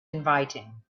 inviting